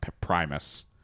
Primus